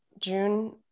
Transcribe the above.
June